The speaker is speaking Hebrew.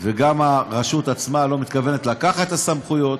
וגם הרשות לא מתכוונת לקחת את הסמכויות,